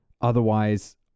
otherwise